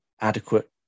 adequate